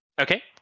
Okay